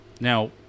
Now